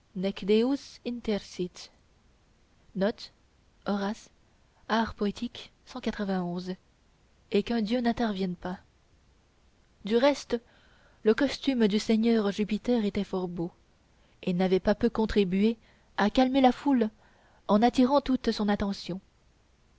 intersit du reste le costume du seigneur jupiter était fort beau et n'avait pas peu contribué à calmer la foule en attirant toute son attention